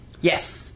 Yes